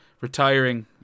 retiring